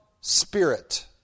spirit